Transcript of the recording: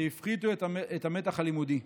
שהפחיתו את המתח הלימודי.